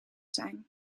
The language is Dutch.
zijn